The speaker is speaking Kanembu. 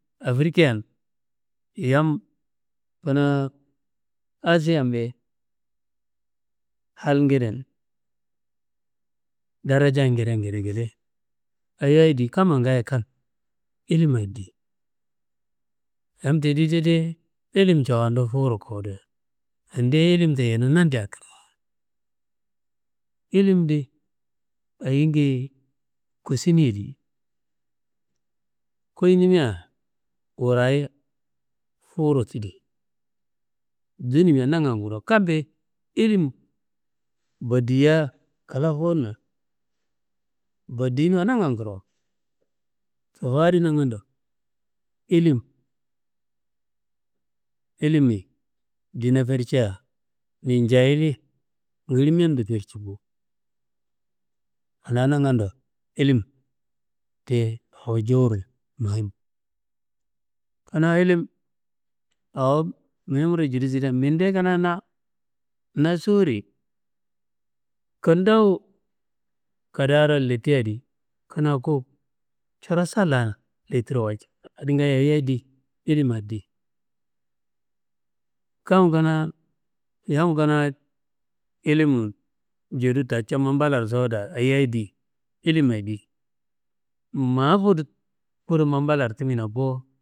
Afrikian, yam kanaa asiambe halngeden darajengeden ngedengede, ayiyayi di kamma ngaayo kal ilimayi di. Yam tendi tediye ilima cafandu fuwuro kuwudo, yendiye ilim teyenu nandean kraye. Ilim di ayingeye kusiniyedi kuyinimia wurayi fuwuro tidi dunumea nangan kuwuro, kammbe ilim bodia kla fuwuna, bodinuwa nangan kuro, Sobowo adi nangando ilimi ndina ferca, num jayili ngili meambe tuyi ferci bo, anaa nangando ilim ti awo jewuro muhim. Kanaa ilim awo muhimro judu sire, mindea kanaa na sowuriye kundawu kadaa leti adi, kanaa ku coro saa lan letiro walcino, adi ngaayo ayiyayi diilimayi di, kam kanaa yam kanaa ilimun jedu taco mapallaro sowuda ayiyai di ilimayi di ma fudu mapallaro timina bo.